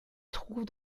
trouve